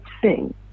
sing